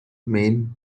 main